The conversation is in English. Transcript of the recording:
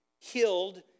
healed